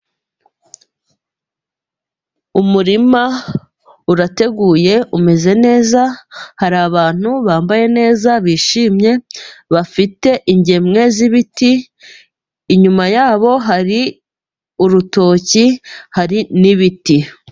Umurima urateguye umeze neza, hari abantu bambaye neza bishimye bafite ingemwe z'ibiti, inyuma yabo hari urutoki hari n'ibiti.